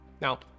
now